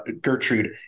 Gertrude